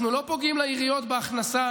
אנחנו לא פוגעים לעיריות בהכנסה